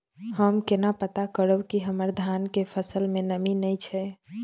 हम केना पता करब की हमर धान के फसल में नमी नय छै?